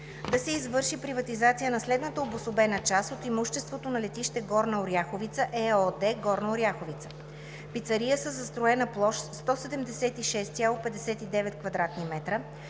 Да се извърши приватизация на следната обособена част от имуществото на „Летище Горна Оряховица“ ЕООД – Горна Оряховица: Пицария със застроена площ 176,59 кв. м,